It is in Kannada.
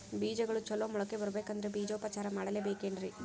ಬೇಜಗಳು ಚಲೋ ಮೊಳಕೆ ಬರಬೇಕಂದ್ರೆ ಬೇಜೋಪಚಾರ ಮಾಡಲೆಬೇಕೆನ್ರಿ?